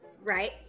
right